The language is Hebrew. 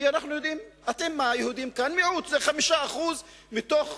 כי אנחנו יודעים שאתם היהודים כאן מיעוט, 5% בתוך